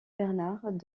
bernard